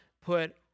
put